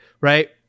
Right